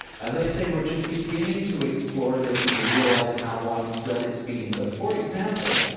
as i say, we're just beginning to explore this and to realize how widespread it's been, but for example,